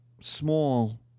small